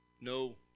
No